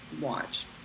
watch